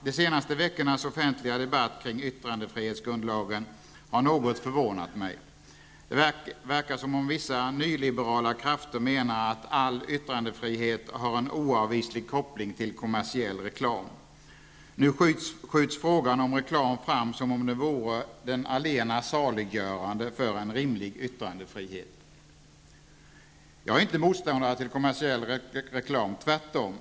De senaste veckornas offentliga debatt kring yttrandefrihetsgrundlagen har något förvånat mig. Det verkar som om vissa nyliberala krafter menar att all yttrandefrihet har en oavvislig koppling till kommersiell reklam. Nu skjuts frågan om reklam fram som om den vore den allena saliggörande för en rimlig yttrandefrihet. Jag är inte motståndare till kommersiell reklam. Tvärtom.